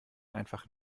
einfach